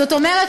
זאת אומרת